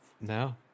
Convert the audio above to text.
no